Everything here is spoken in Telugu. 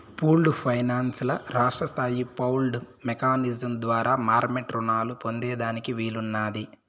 పూల్డు ఫైనాన్స్ ల రాష్ట్రస్తాయి పౌల్డ్ మెకానిజం ద్వారా మార్మెట్ రునాలు పొందేదానికి వీలున్నాది